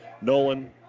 Nolan